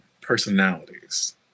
personalities